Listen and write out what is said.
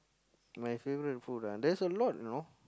my favourite food ah there's a lot you know